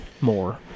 more